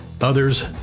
others